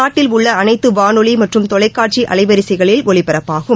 நாட்டில் உள்ளஅனைத்துவானொலிமற்றும் தொலைக்காட்சிஅலைவரிசைகளில் ஒலிபரப்பாகும்